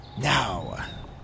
Now